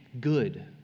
good